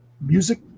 music